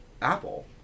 Apple